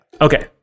Okay